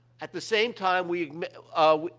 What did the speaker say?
at the same time, we, you know ah,